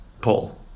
Paul